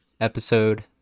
Episode